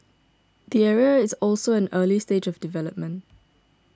the area is also at an early stage of development